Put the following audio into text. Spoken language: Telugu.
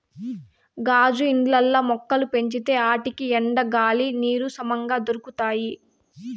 గాజు ఇండ్లల్ల మొక్కలు పెంచితే ఆటికి ఎండ, గాలి, నీరు సమంగా దొరకతాయి